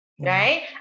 right